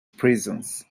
prisons